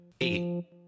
Eight